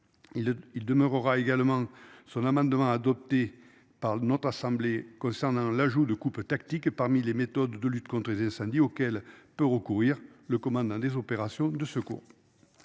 il demeurera aura également son amendement adopté par notre assemblée concernant l'ajout de coupe tactique et parmi les méthodes de lutte contre samedi auquel peut recourir le commandant des opérations de secours.